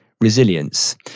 resilience